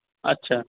আচ্ছা